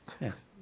Yes